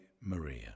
Maria